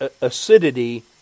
acidity